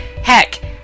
Heck